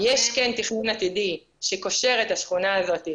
תכנונית בשום דרך,